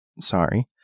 sorry